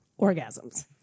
orgasms